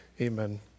Amen